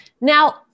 Now